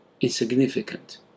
insignificant